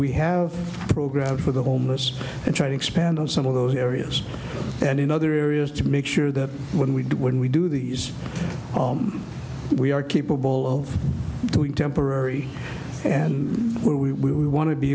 we have programs for the homeless and try to expand on some of those areas and in other areas to make sure that when we do when we do these we are capable of doing temporary and where we we want to be